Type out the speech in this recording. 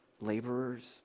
laborers